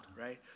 right